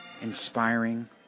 inspiring